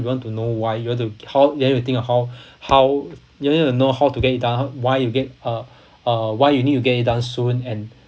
you want to know why you want to how you want to think of how how you really want to know how to get it done how why you get uh uh why you need to get it done soon and